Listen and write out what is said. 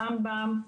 רמב"ם,